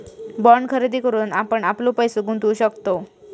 bond खरेदी करून आपण आपलो पैसो गुंतवु शकतव